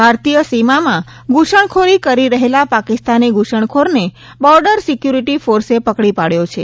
ભારતીય સીમામાં ઘુસણખોર કરી રહેલા પાકિસ્તાની ઘુસણખોરને બોર્ડર સિક્યોરીટી ફોર્સે પકડી પડ્યો છે